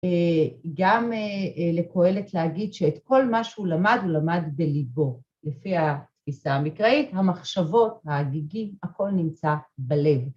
גם לקהלת להגיד שאת כל מה שהוא למד, הוא למד בליבו, לפי התפיסה המקראית, המחשבות, ההגיגים, הכל נמצא בלב.